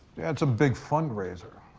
they had some big fundraiser.